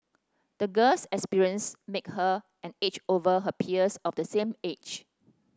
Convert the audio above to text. the girl's experiences make her an edge over her peers of the same age